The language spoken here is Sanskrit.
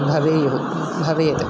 भवेयुः भवेत्